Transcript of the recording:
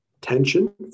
tension